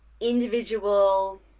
individual